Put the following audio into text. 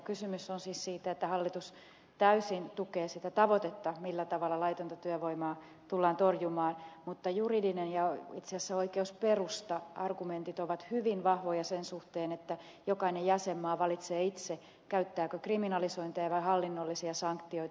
kysymys on siis siitä että hallitus täysin tukee sitä tavoitetta millä tavalla laitonta työvoimaa tullaan torjumaan mutta juridinen ja itse asiassa oikeusperusta argumentit ovat hyvin vahvoja sen suhteen että jokainen jäsenmaa valitsee itse käyttääkö kriminalisointia vai hallinnollisia sanktioita